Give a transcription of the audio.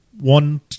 one